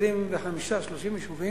25 30 יישובים,